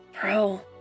Bro